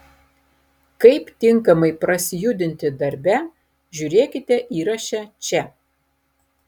kaip tinkamai prasijudinti darbe žiūrėkite įraše čia